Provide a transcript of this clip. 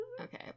Okay